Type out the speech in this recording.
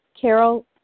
Carol